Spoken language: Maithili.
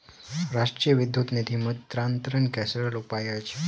राष्ट्रीय विद्युत निधि मुद्रान्तरण के सरल उपाय अछि